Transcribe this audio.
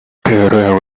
diphtheria